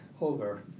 over